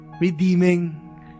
redeeming